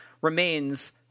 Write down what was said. remains